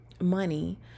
money